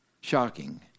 Shocking